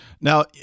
Now